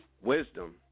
Wisdom